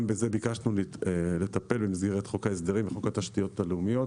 גם בזה ביקשנו לטפל במסגרת חוק ההסדרים וחוק התשתיות הלאומיות.